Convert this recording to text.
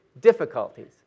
difficulties